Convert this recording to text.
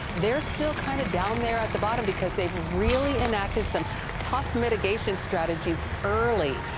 they are still kind of down there at the bottom because they have really enacted some tough mitigation strategies early.